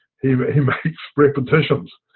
he he makes repetitions.